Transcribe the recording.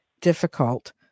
difficult